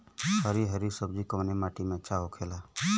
हरी हरी सब्जी कवने माटी में अच्छा होखेला?